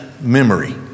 memory